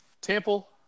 Temple